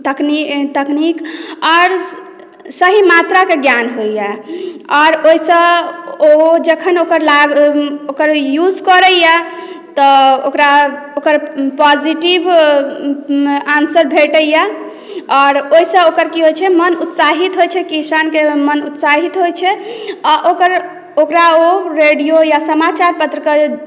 तकनी तकनीक आओर सही मात्राके ज्ञान होइए आओर ओहिसँ ओ जखन ओकर लाभ ओकर यूज़ करैए तऽ ओकरा ओकर पॉजिटिव आन्सर भेटैए आओर ओहिसँ ओकर की होइत छै मोन उत्साहित होइत छै किसानके मोन उत्साहित होइत छै आ ओकर ओकरा ओ रेडियो या समाचार पत्रके